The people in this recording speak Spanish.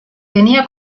venía